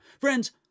Friends